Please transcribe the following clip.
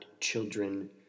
children